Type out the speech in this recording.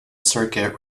circuit